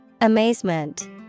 Amazement